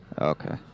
Okay